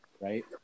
right